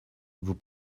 vous